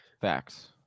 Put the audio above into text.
Facts